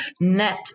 net